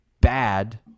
bad